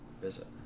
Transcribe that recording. visit